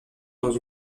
dans